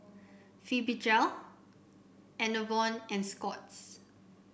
Fibogel Enervon and Scott's